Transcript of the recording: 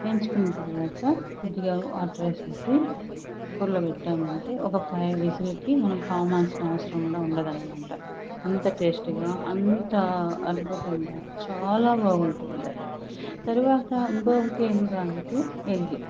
వేంచుకొనిన తరువాత కొద్దిగా వాటర్ వేసేసి కుక్కర్లో పెట్టామంటే ఒక ఫైవ్ విజిల్కి మనం పనిమాలసిన అవసరం కూడా ఉండదనమాట అంత టేస్ట్గా అంత అద్భుతంగా చాలా బాగుంటుందది తరువాత ఇంకోటి ఏమిరా అంటే ఎగ్